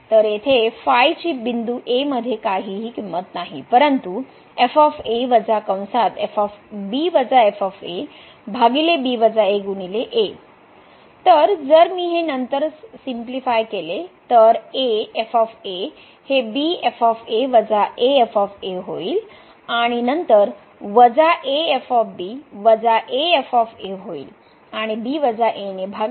तर येथे फाय ची बिंदू a मध्ये काहीही नाही परंतु तर जर मी हे नंतर सरलीकृत केले तर हे b होईल आणि नंतर वजा a होईल आणि ने भागले